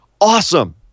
Awesome